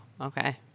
Okay